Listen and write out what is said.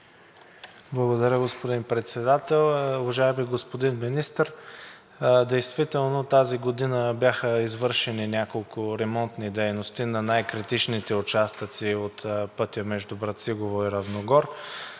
Благодаря, господин Председател. Уважаеми господин Министър, действително тази година бяха извършени няколко ремонтни дейности на най-критичните участъци от пътя между Брацигово и Равногор,